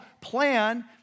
plan